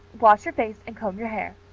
wash your face and comb your hair.